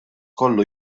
kollu